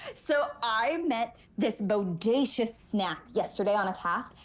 so i met this bodacious snack yesterday on a task,